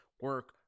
Work